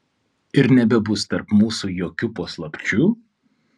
ir nebebus tarp mūsų jokių paslapčių